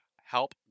Help